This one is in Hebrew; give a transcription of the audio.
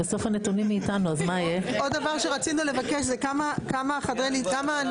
עוד דבר שרצינו לבקש זה כמה מהניתוחים